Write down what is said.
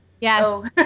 Yes